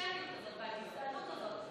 והאנטישמיות הזאת והגזענות הזאת,